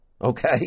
Okay